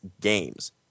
games